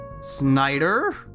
Snyder